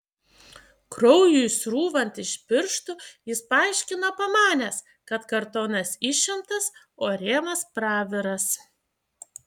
kraujui srūvant iš pirštų jis paaiškino pamanęs kad kartonas išimtas o rėmas praviras